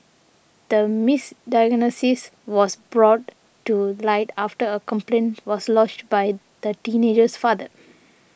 the misdiagnosis was brought to light after a complaint was lodged by the teenager's father